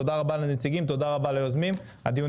תודה רבה לנציגים, תודה רבה ליוזמים.